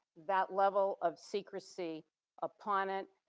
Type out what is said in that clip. that level of secrecy upon it.